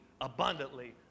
abundantly